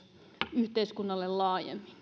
yhteiskunnalle laajemmin